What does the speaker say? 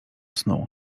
snu